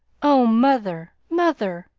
oh, mother, mother!